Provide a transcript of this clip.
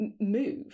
move